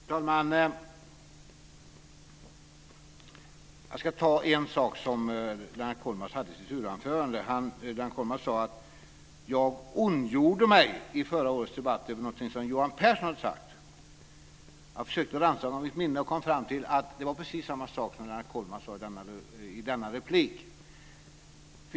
Fru talman! Jag ska ta upp en sak som Lennart Kollmats hade med i sitt huvudanförande. Han sade att jag i förra årets debatt ondgjorde mig över någonting som Johan Pehrson hade sagt. Jag har försökt rannsaka mitt minne och kom fram till att det var precis samma sak som Lennart Kollmats sade i denna replik.